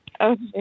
Okay